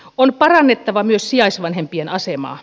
on parannettava myös sijaisvanhempien asemaa